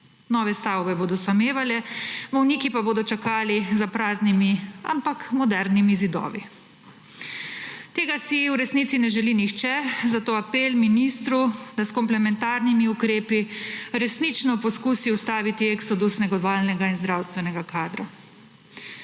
Nove stavbe bodo samevale, bolniki pa bodo čakali za praznimi, ampak modernimi zidovi. Tega si v resnici ne želi nihče, zato apel ministru, da s komplementarnimi ukrepi resnično poskusi ustaviti eksodus negovalnega in zdravstvenega kadra.